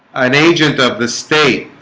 an agent of the state